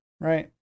right